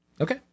Okay